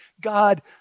God